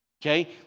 Okay